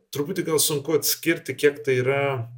truputį gal sunku atskirti kiek tai yra